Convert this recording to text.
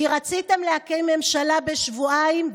כי רציתם להקים ממשלה בשבועיים,